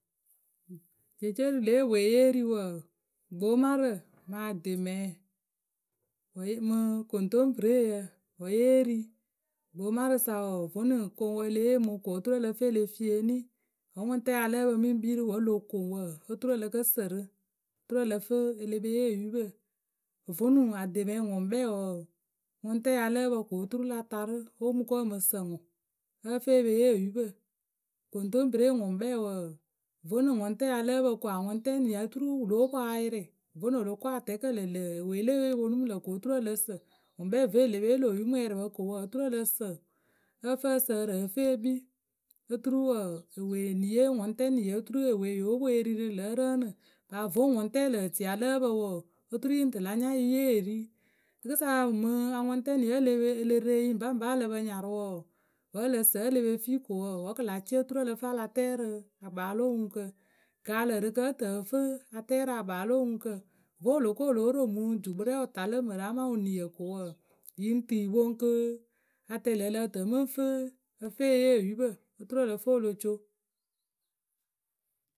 Jeece rǝ lě ewee ye ri wǝǝ, ggbomarǝ mǝɨ ademɛɛ mɨ koŋtoŋpǝreye wǝ́ ye ri. Gbomarǝ sa wǝǝ vonɨ koŋwǝ e le yeemǝ oturu ǝ lǝ fǝ e le fieeni wǝ́ ŋʊŋtɛ ya lǝ́ǝ pǝ mɨ ŋ kpii rǝ wǝ́ lo koŋ wǝǝ, oturu ǝ lǝ kǝ́ sǝrɨ. Oturu ǝ lǝ fǝ e le pe yee oyupǝ. Vonuŋ ademɛɛ ŋwǝ ŋkpɛ wǝǝ, ŋʊŋtɛ ya lǝ́ǝ pǝ ko oturu la tarɨ o mɨ ko ǝ mǝ sǝ ŋwǝ ǝ fǝ e pe yee oyupǝ. Koŋtoŋpǝre ŋwǝ ŋkpɛ wǝǝ, vonuŋ ŋʊŋtɛ ya lǝ́ǝ pǝ ko aŋʊŋtɛni oturu wǝ lóo poŋ a yɩrɩ. Vonuŋ o lo ko atɛɛkǝ ŋlǝ̈ŋlǝ̈ ewee lǝ ǝyǝwe yǝ ponu mǝ lǝ̈ oturu ǝ lǝ sǝ ŋwǝ ŋkpɛ vǝ́ e le pe yee lö oyumwɛrɩpǝ ko wǝǝ, oturu ǝ lǝ sǝ, ǝ fǝ ǝsǝǝrɨ ǝ fǝ e kpii oturu wǝǝ eweniye aŋʊŋtɛni oturu ewee yóo poŋ e ri rɨ lǝ̌ rǝǝnɨ; paa vǝ́ ŋʊŋtɛ lǝǝ tɨ ya lǝ́ǝ pǝ wǝǝ oturu yǝ ŋ tɨ la nya yǝ yeh ri. Rǝkɨsa mǝŋ aŋʊŋt:eniye wǝ́ ve le re yǝ ŋpaŋpa ǝ lǝ pǝ nyarʊ wǝǝ wǝ́ ǝ lǝ sǝ wǝ́ e le pe fii ko wǝǝ wǝ́ kɨ lq cɩɩ oturu ǝ lǝ fǝ a la tɛ rǝ akpaa lo oŋuŋkǝ. Gaalǝrɨkǝ ǝ tɨ ǝ fǝ a tɛ rǝ akpaa lo oŋuŋkǝ wǝ́ wǝ lo ko wǝ lóo ro mǝŋ jukpǝ rɛ wǝta lǝ mǝrǝ amaa wǝniǝ ko wǝǝ yǝ ŋ tɨ yǝ poŋ kɨ. atɛŋ ŋlǝ̂ ǝ lǝh tɨ mǝ ŋ fǝ ǝ fǝ e yee oyupǝ. Oturu ǝ lǝ fǝ o lo co.